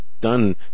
done